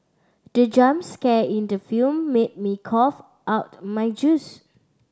the jump scare in the film made me cough out my juice